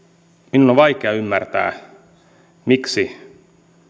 minun on vaikea ymmärtää miksi